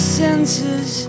senses